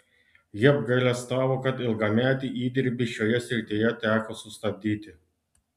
ji apgailestavo kad ilgametį įdirbį šioje srityje teko sustabdyti